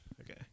Okay